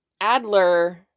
Adler